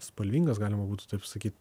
spalvingas galima būtų taip sakyt